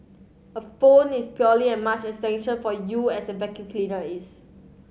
a phone is purely as much an extension for you as a vacuum cleaner is